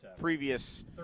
previous